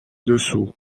dessous